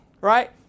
Right